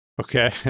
Okay